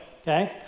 okay